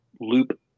loop